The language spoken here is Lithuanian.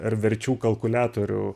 ar verčių kalkuliatorių